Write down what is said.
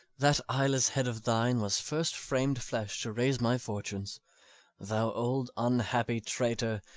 that eyeless head of thine was first fram'd flesh to raise my fortunes thou old unhappy traitor,